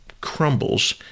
crumbles